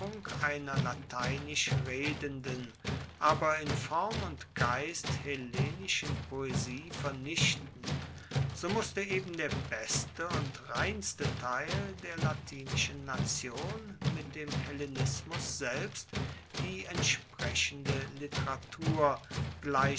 einer lateinisch redenden aber in form und geist hellenischen poesie vernichten so musste eben der beste und reinste teil der latinischen nation mit dem hellenismus selbst die entsprechende literatur